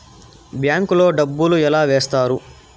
bank లో డబ్బులు ఎలా వేస్తారు